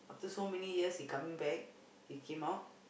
after so many years he coming back he came out